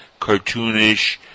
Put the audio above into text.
cartoonish